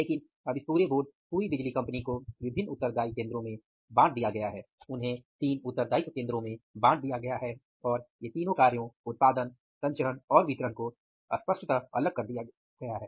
लेकिन अब इस पुरे बोर्ड पूरी बिजली कंपनी को विभिन्न उत्तरदायित्व केंद्रों में बाँट दिया गया है और इन तीनो कार्यों उत्पादन संचरण और वितरण को स्पष्टतः अलग कर दिया गया है